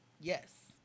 Yes